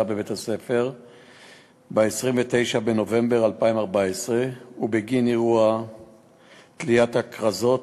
בבית-הספר ב-29 בנובמבר 2014 ובגין אירוע תליית הכרזות